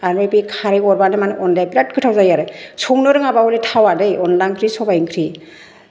आरो बे खारै हरबानो मानि अनलाया बिराथ गोथाव जायो आरो संनो रोङाबा हले थावा दे अनला ओंख्रि सबाइ ओंख्रि